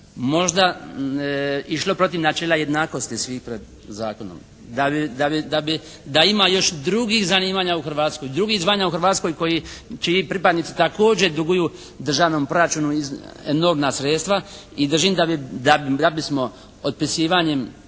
možda išlo protiv načela jednakosti svih pred zakonom. Da bi, da ima još drugih zanimanja u Hrvatskoj, drugih zvanja u Hrvatskoj koji, čiji pripadnici također duguju državnom proračunu enormna sredstva i držim da bismo otpisivanjem